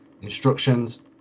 instructions